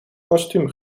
kostuum